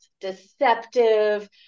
deceptive